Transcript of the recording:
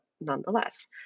nonetheless